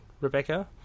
Rebecca